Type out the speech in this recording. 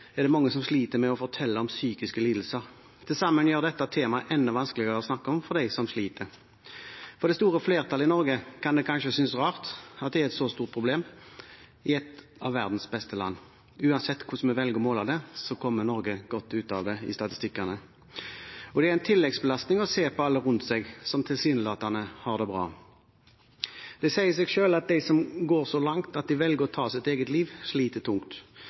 er det mange som sliter med å fortelle om psykiske lidelser. Til sammen gjør dette temaet enda vanskeligere å snakke om for dem som sliter. For det store flertallet i Norge kan det kanskje synes rart at dette er et så stort problem i et av verdens beste land – uansett hvordan man velger å måle det, kommer Norge godt ut av det i statistikkene. Det er en tilleggsbelastning å se på alle rundt seg som tilsynelatende har det bra. Det sier seg selv at de som går så langt at de velger å ta sitt eget liv, sliter tungt.